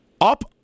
up